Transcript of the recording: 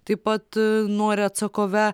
taip pat nori atsakove